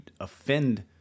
offend